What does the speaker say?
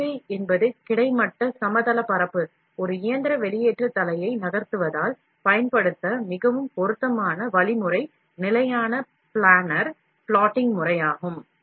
தேவை என்பது கிடைமட்ட சமதளப் பரப்பு ஒரு இயந்திர வெளியேற்ற தலையை நகர்த்துவதால் பயன்படுத்த மிகவும் பொருத்தமான வழிமுறை நிலையான பிளானர் plotting முறையாகும்